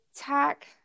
attack